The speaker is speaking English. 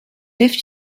lived